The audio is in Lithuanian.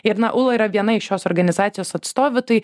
ir na ūla yra viena iš šios organizacijos atstovių tai